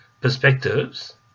perspectives